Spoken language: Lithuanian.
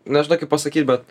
nežinai pasakyt bet